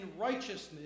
righteousness